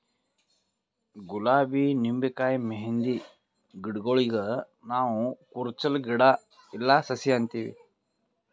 ಗುಲಾಬಿ ನಿಂಬಿಕಾಯಿ ಮೆಹಂದಿ ಗಿಡಗೂಳಿಗ್ ನಾವ್ ಕುರುಚಲ್ ಗಿಡಾ ಇಲ್ಲಾ ಸಸಿ ಅಂತೀವಿ